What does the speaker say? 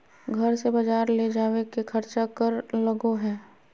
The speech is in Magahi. घर से बजार ले जावे के खर्चा कर लगो है?